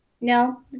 No